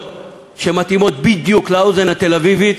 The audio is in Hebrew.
שמתאימות בדיוק לאוזן התל-אביבית,